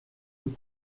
eux